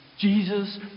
Jesus